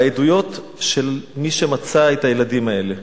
בעדויות של מי שמצא את הילדים האלה,